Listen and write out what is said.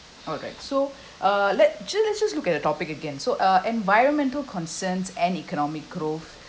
alright so uh let just let's just look at the topic again so uh environmental concerns and economic growth